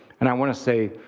and i wanna say,